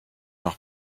noch